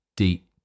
Deep